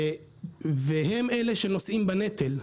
והם אלה שנושאים בנטל.